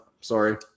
Sorry